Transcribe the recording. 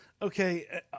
okay